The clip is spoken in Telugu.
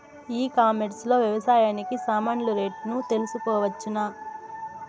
ఈ కామర్స్ లో వ్యవసాయానికి సామాన్లు రేట్లు తెలుసుకోవచ్చునా?